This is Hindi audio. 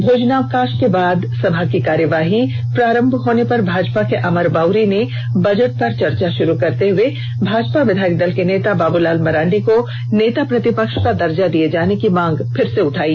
भोजनावकाष के बाद सभा की कार्यवाही प्रारंभ होने पर भाजपा के अमर बाउरी ने बजट पर चर्चा शुरू करते हुए भाजपा विधायक दल के नेता बाबूलाल मरांडी को नेता प्रतिपक्ष का दर्जा दिये जाने की मांग फिर से उठायी